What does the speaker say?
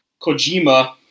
Kojima